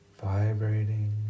Vibrating